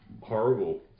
Horrible